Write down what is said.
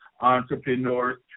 entrepreneurs